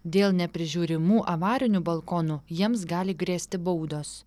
dėl neprižiūrimų avarinių balkonų jiems gali grėsti baudos